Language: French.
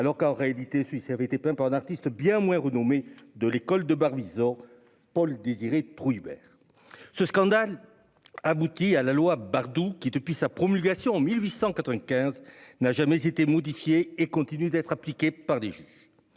alors qu'en réalité il avait été peint par un artiste bien moins renommé de l'école de Barbizon, Paul-Désiré Trouillebert. Ce scandale a abouti à la loi Bardoux, qui, depuis sa promulgation en 1895, n'a jamais été modifiée et continue d'être appliquée par les juges.